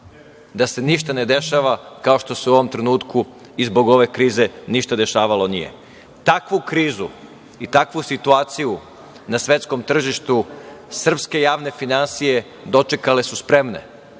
da se ništa ne dešava kao što se u ovom trenutku i zbog ove krize ništa dešavalo nije. Takvu krizu i takvu situaciju na svetskom tržištu srpske javne finansije dočekale su spremne